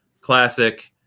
classic